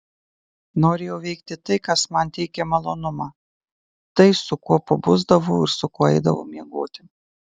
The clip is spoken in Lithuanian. norėjau veikti tai kas man teikia malonumą tai su kuo pabusdavau ir su kuo eidavau miegoti